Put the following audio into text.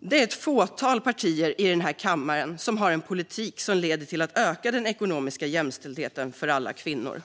Det är ett fåtal partier i den här kammaren som har en politik som leder till ökad ekonomisk jämställdhet för alla kvinnor.